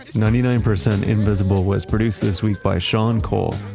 ninety nine percent invisible was produced this week by sean cole,